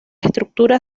estructura